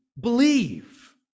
Believe